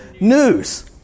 news